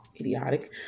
Idiotic